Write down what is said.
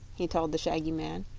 he told the shaggy man,